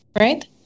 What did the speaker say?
right